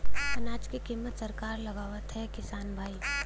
अनाज क कीमत सरकार लगावत हैं कि किसान भाई?